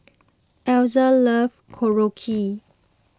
Elza love Korokke